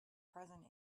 present